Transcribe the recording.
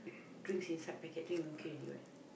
drinks inside packet drinks inside okay already what